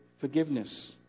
forgiveness